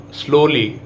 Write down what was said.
slowly